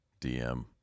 DM